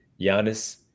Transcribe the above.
Giannis